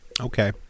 Okay